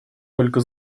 только